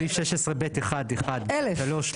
בסעיף 16(ב1)(1)(3),